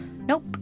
Nope